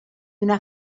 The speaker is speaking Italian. una